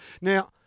Now